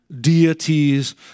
deities